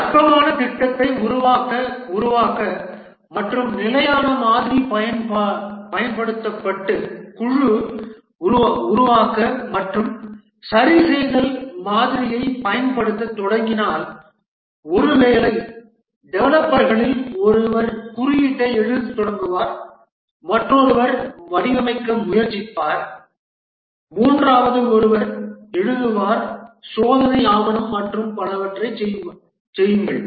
அற்பமான திட்டத்தை உருவாக்க உருவாக்க மற்றும் நிலையான மாதிரி பயன்படுத்தப்பட்டு குழு உருவாக்க மற்றும் சரிசெய்தல் மாதிரியைப் பயன்படுத்தத் தொடங்கினால் ஒருவேளை டெவலப்பர்களில் ஒருவர் குறியீட்டை எழுதத் தொடங்குவார் மற்றொருவர் வடிவமைக்க முயற்சிப்பார் மூன்றாவது ஒருவர் எழுதுவார் சோதனை ஆவணம் மற்றும் பலவற்றைச் செய்யுங்கள்